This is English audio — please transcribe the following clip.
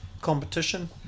competition